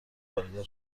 پایدار